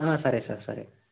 సరే సార్ సరే